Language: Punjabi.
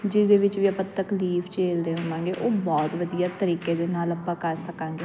ਜਿਹਦੇ ਵਿੱਚ ਵੀ ਆਪਾਂ ਤਕਲੀਫ ਝੇਲ ਦੇਵਾਂਗੇ ਉਹ ਬਹੁਤ ਵਧੀਆ ਤਰੀਕੇ ਦੇ ਨਾਲ ਆਪਾਂ ਕਰ ਸਕਾਂਗੇ